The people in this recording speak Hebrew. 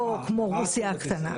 לא כמו רוסיה הקטנה.